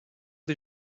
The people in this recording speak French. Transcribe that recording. des